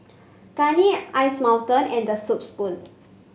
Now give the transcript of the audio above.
Garnier Ice Mountain and The Soup Spoon